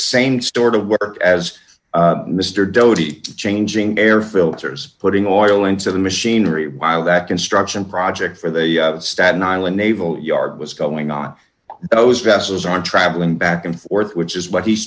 same stuart of work as mr dodi changing air filters putting oil into the machinery while that construction project for they staten island naval yard was going on those vessels are traveling back and forth which is what he's